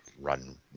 run